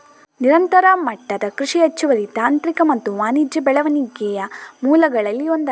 ನಿರಂತರ ಮಟ್ಟದ ಕೃಷಿ ಹೆಚ್ಚುವರಿ ತಾಂತ್ರಿಕ ಮತ್ತು ವಾಣಿಜ್ಯ ಬೆಳವಣಿಗೆಯ ಮೂಲಗಳಲ್ಲಿ ಒಂದಾಗಿದೆ